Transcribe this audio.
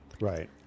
right